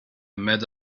met